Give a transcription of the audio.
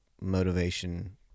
motivation